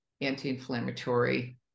anti-inflammatory